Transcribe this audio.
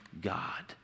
God